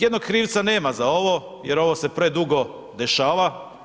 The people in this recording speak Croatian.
Jednog krivca nema za ovo jer ovo se predugo dešava.